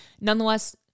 Nonetheless